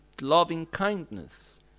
loving-kindness